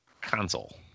console